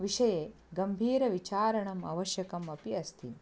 विषये गम्भीरविचारणम् अवश्यकम् अपि अस्ति